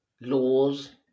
laws